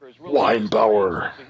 Weinbauer